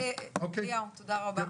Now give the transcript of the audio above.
אליהו, תודה רבה.